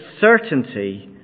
certainty